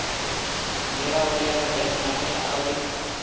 ನೇರಾವರಿಯಾಗ ಎಷ್ಟ ನಮೂನಿ ಅದಾವ್ರೇ?